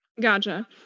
gotcha